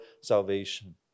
salvation